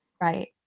right